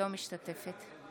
אינה משתתפת בהצבעה